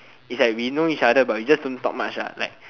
it is like we know each other but we just don't talk much